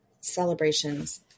celebrations